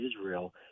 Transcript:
Israel